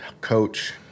coach